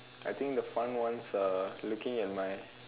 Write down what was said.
I think the fun ones are looking at my